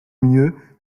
mieux